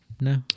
No